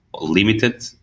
limited